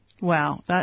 Wow